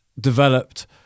developed